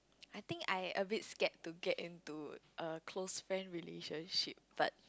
I think I a bit scared to get into a close friend relationship but